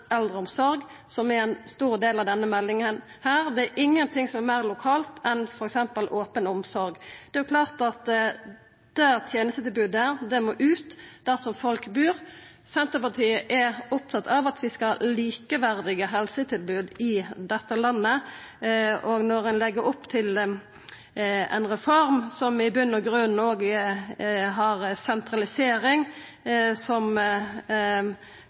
eldreomsorg, som er ein stor del av denne meldinga. Det er ingenting som er meir lokalt enn f.eks. open omsorg. Det er klart at tenestetilbodet må ut der folk bur. Senterpartiet er opptatt av at vi skal ha likeverdige helsetilbod i dette landet, og når ein legg opp til ei reform som i grunnen har sentralisering som noko som ligg i botnen, vil det trua det gode tenestetilbodet som vi har i Noreg, og som